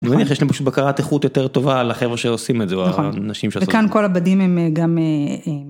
נניח פשוט יש להם בקרת איכות יותר טובה על החבר'ה שעושים את זה או אנשים שא... -וכאן כל הבדים הם גם.